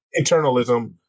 Internalism